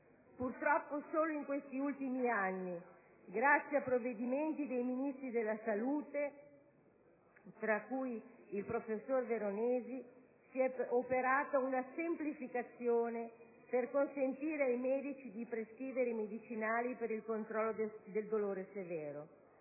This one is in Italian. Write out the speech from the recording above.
Purtroppo solo in questi ultimi anni, grazie a provvedimenti dei Ministri della salute, tra cui ricordo il professor Veronesi, si è operata una semplificazione per consentire ai medici di prescrivere medicinali per il controllo del dolore severo.